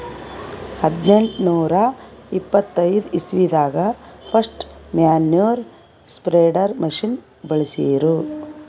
ಹದ್ನೆಂಟನೂರಾ ಎಪ್ಪತೈದ್ ಇಸ್ವಿದಾಗ್ ಫಸ್ಟ್ ಮ್ಯಾನ್ಯೂರ್ ಸ್ಪ್ರೆಡರ್ ಮಷಿನ್ ಬಳ್ಸಿರು